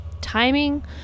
timing